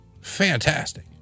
Fantastic